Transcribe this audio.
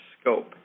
scope